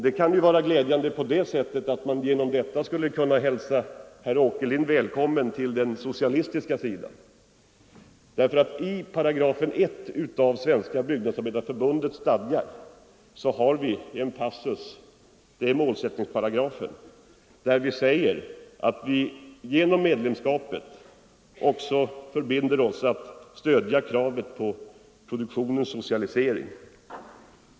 Det kan ju vara glädjande på det sättet att man genom detta skulle kunna hälsa herr Åkerlind välkommen till den socialistiska sidan. I 13 av Svenska Byggnadsarbetareförbundets stadgar har vi en passus, det är målsättningsparagrafen, som säger att vi genom medlemskapet också förbinder oss att stödja kravet på produktionens socialisering.